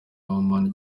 oman